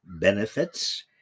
benefits